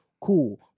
cool